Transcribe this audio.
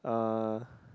uh